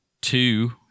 two